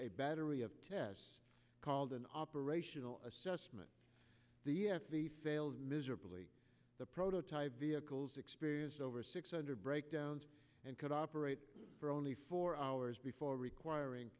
a battery of tests called an operational assessment the f the sales miserably the prototype vehicles experienced over six hundred breakdowns and could operate for only four hours before requiring